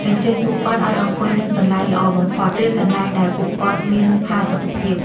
អញ្ជើញពួកគាត់ឲ្យអង្គុយនៅកន្លែងល្អបំផុត ឬកន្លែងដែលពួកគាត់មានផាសុកភាព។